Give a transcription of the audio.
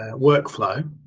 workflow